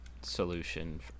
solution